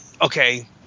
Okay